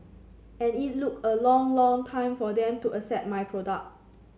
and it look a long long time for them to accept my product